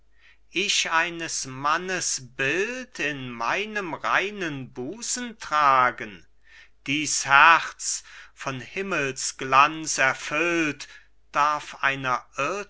ich eines mannes bild in meinem reinen busen tragen dies herz von himmels glanz erfüllt darf einer